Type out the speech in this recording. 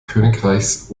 königreichs